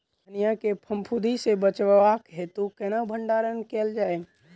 धनिया केँ फफूंदी सऽ बचेबाक हेतु केना भण्डारण कैल जाए?